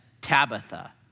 Tabitha